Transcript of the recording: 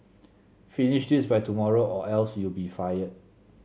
finish this by tomorrow or else you'll be fired